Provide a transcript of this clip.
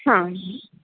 हां